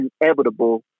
inevitable